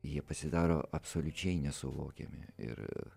jie pasidaro absoliučiai nesuvokiami ir